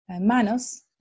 Manos